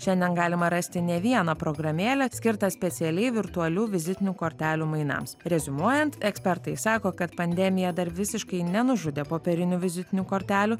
šiandien galima rasti ne vieną programėlę skirtą specialiai virtualių vizitinių kortelių mainams reziumuojant ekspertai sako kad pandemija dar visiškai nenužudė popierinių vizitinių kortelių